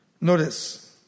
Notice